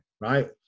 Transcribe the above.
Right